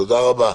תודה רבה.